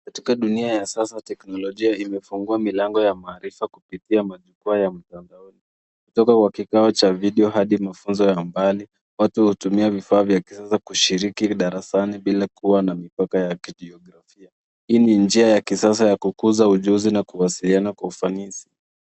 Katika dunia ya sasa, teknolojia imefungua milango ya maarifa kupitia majukwaa ya mtandaoni. Kutoka kwa kikao cha video hadi mafunzo ya mbali, watu hutumia vifaa vya kisasa kushiriki darasani bila kuwa na mipaka yake ya kijiografia. Hii ni njia ya kisasa ya kukuza ujuzi na kuwasiliana kwa ufanisi.